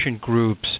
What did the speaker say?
groups